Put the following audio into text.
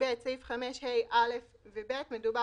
"(ב) סעיף 5ה(א) ו-(ב);"